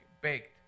baked